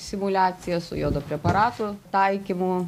simuliacija su jodo preparatų taikymu